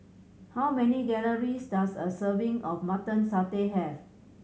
how many calories does a serving of Mutton Satay have